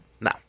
No